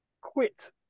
quit